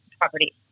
property